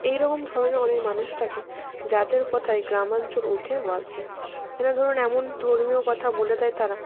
এই রকম ধরনের অনেক মানুষ থাকে যাদের কথায় গ্রাম অঞ্চল ওঠে বসে এরা ধরুন এমন ধর্মীয় কথা বলে দেয় তারা